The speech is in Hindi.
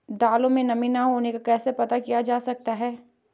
दालों में नमी न होने का कैसे पता किया जा सकता है?